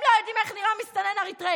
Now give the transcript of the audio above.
הם לא יודעים איך נראה מסתנן אריתריאי.